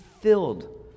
filled